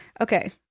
Okay